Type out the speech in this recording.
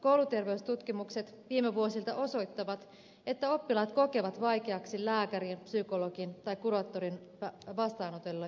kouluterveystutkimukset viime vuosilta osoittavat että oppilaat kokevat vaikeaksi lääkärin psykologin tai kuraattorin vastaanotolle pääsemisen